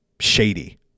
shady